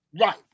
Right